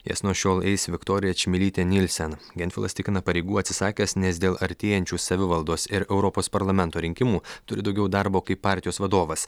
jas nuo šiol eis viktorija čmilytėnilsen gentvilas tikina pareigų atsisakęs nes dėl artėjančių savivaldos ir europos parlamento rinkimų turi daugiau darbo kaip partijos vadovas